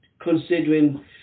considering